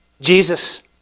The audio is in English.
Jesus